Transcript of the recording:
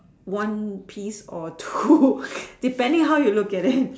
one piece or two depending how you look at it